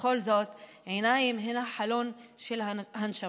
בכל זאת, עיניים הן החלון אל הנשמה.